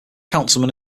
councilman